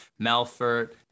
Melfort